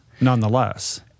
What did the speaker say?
nonetheless